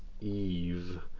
Eve